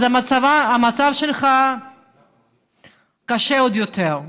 אז המצב שלך קשה עוד יותר.